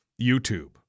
YouTube